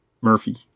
Murphy